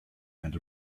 and